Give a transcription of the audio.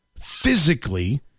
physically